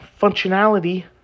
functionality